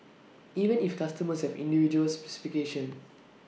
even if customers have individual specifications